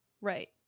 Right